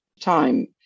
time